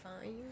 fine